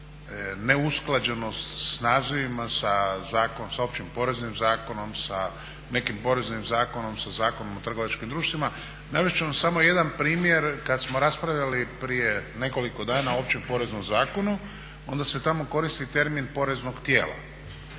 neusklađenost s nazivima s Općim poreznim zakonom, sa Zakonom o trgovačkim društvima. Navest ću vam samo jedan primjer. Kad smo raspravljali prije nekoliko dana o Općem poreznom zakonu onda se tamo koristi termin poreznog tijela.